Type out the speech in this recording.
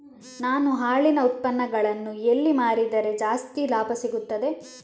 ನಾನು ಹಾಲಿನ ಉತ್ಪನ್ನಗಳನ್ನು ಎಲ್ಲಿ ಮಾರಿದರೆ ಜಾಸ್ತಿ ಲಾಭ ಸಿಗುತ್ತದೆ?